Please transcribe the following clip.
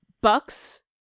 Bucks